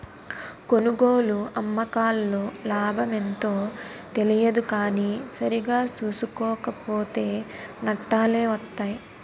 కొనుగోలు, అమ్మకాల్లో లాభమెంతో తెలియదు కానీ సరిగా సూసుకోక పోతో నట్టాలే వొత్తయ్